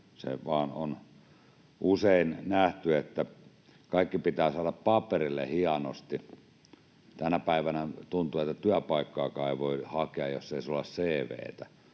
Se vain on usein nähty, että kaikki pitää saada paperille hienosti. Tänä päivänä tuntuu, että työpaikkaakaan ei voi hakea, jos ei sinulla ole